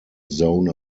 zone